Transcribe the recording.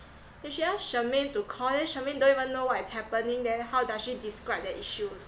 if she ask chermaine to call then chermaine don't even know what is happening then how does she describe that issues